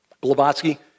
Blavatsky